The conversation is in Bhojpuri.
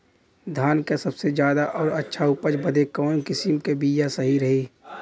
धान क सबसे ज्यादा और अच्छा उपज बदे कवन किसीम क बिया सही रही?